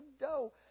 dough